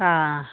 ಹಾಂ